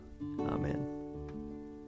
Amen